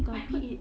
but I heard